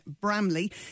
Bramley